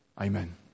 Amen